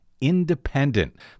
independent